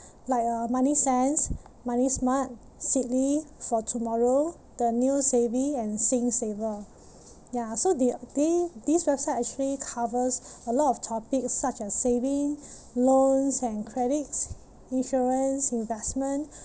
like uh moneysense moneysmart seedly for tomorrow the new savvy and singsaver ya so they they these website actually covers a lot of topics such as saving loans and credits insurance investment